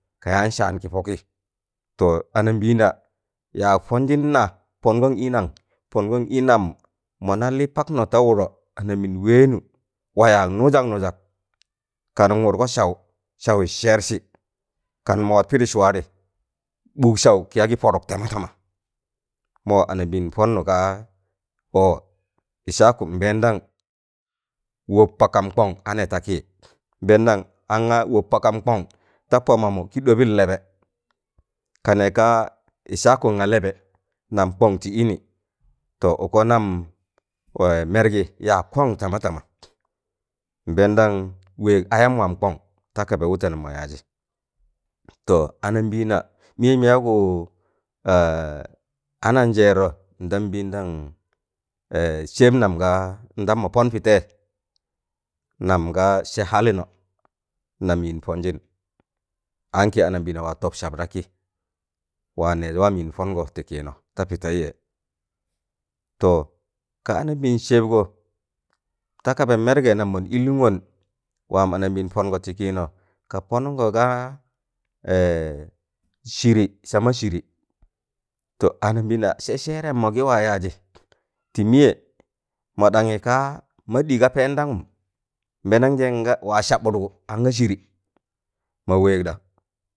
Kayaan saan kị pọkịị to anambịịna yaag pọnjịn na pọngọn i nan pọngọn ịnam mọna lị paknọ ta wụdọ anambịịn wẹẹnu wa yaag nụjag nụjag kanu ị wụdgọ saw sawị yaag sẹrsị kanụ mọ wad pịdị swaadị ɓụk saụ kịya gị pọdụk tama tama, mọ anambịịn pụnnụ ga ọọ Ịshakụ nbẹẹndam wọb pakam kọng anẹẹ ta kịị, nbẹẹndam an ga wọb pakam kọn ta pọ mamụ kị ɗọbịn lẹbẹ ka nẹẹ kaa Ịshakụn ga lẹbẹ nam kọng tị ịnị to ụkọ nam mẹrgị yaag kọng tama tama nbẹẹndam wẹẹg ayam waam kọn ta kaba wụtẹnụm mọ yaajị to anambịịna mịyem yaụgụ ana njẹẹrọ ndam nbịịndam sẹb nam gaa ndam mọ pọn pịte nam ga sẹ halino nam yịn pọnjịn ankị anabịịna waa tọb sab da kịị waa nẹẹz waam yịn pọngọ ti kịịnọ ta pịtẹịyẹ to ka anabịịn sabgo ta kaba mergen nam mọn ịlụngọn waam anabịịna pọngọ tị kịịnọ ka pọnụngọ ga sịrị sama sịrị to anambịịnna sẹ sẹẹrem mọ gị ma yaajị tị mịyẹ mọ ɗanye kaa maɗị ka pẹẹndagụm nbẹẹnɗamjẹ nga waa sabụdgụ anga sịrị ma wẹẹgɗa.